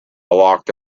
locked